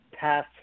pass